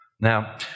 Now